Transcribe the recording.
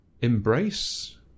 embrace